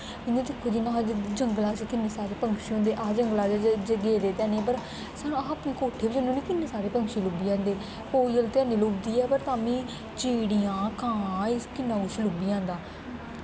इ'यां दिक्खो जियां जंगला च किन्ने सारे किन्ने सारे पंक्षी होंदे अस जंगला च गेदे ते निं ऐ पर सानूं अस अपने कोट्ठे पर जन्ने होन्ने किन्ने सारे पंक्षी लब्भी जंदे कोयल ते ऐनी लभदी पर तां बी चिड़ियां कां एह् किन्ना कुछ लब्भी जंदा